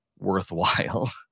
worthwhile